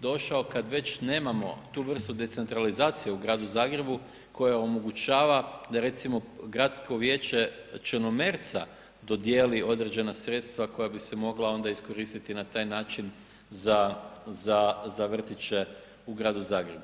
došao kad već nemamo tu vrstu decentralizacije u gradu Zagrebu koja omogućava da, recimo, gradsko vijeće Črnomerca dodijeli određena sredstva koja bi se mogla onda iskoristiti na taj način za vrtiće u gradu Zagrebu.